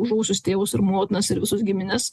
žuvusius tėvus ir motinas ir visus gimines